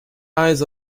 eyes